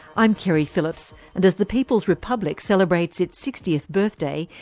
i'm keri phillips and as the people's republic celebrates its sixtieth birthday,